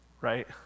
right